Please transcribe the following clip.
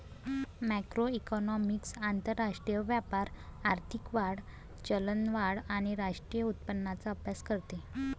macroeconomics आंतरराष्ट्रीय व्यापार, आर्थिक वाढ, चलनवाढ आणि राष्ट्रीय उत्पन्नाचा अभ्यास करते